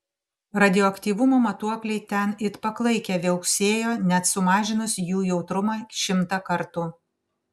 radioaktyvumo matuokliai ten it paklaikę viauksėjo net sumažinus jų jautrumą šimtą kartų